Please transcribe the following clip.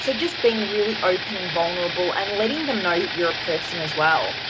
so just being really open and vulnerable and letting them know that you're a person as well.